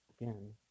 again